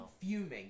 Fuming